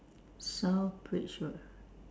south bridge road